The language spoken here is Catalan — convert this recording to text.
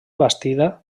bastida